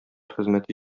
хезмәте